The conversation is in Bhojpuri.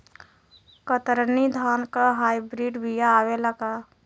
कतरनी धान क हाई ब्रीड बिया आवेला का?